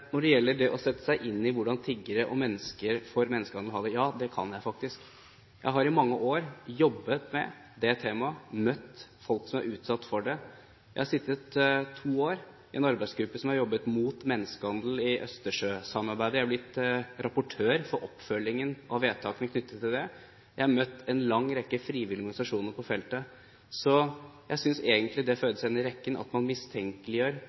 Når det gjelder det å sette seg inn i hvordan tiggere som ledd i organisert menneskehandel har det, kan jeg faktisk det. Jeg har i mange år jobbet med det temaet, møtt folk som har vært utsatt for det. Jeg har sittet to år i en arbeidsgruppe som har jobbet mot menneskehandel i Østersjøsamarbeidet. Jeg har blitt rapportør for oppfølgingen av vedtakene knyttet til det. Jeg har møtt en lang rekke frivillige organisasjoner på feltet. Så jeg synes egentlig det føyde seg inn i rekken, at man mistenkeliggjør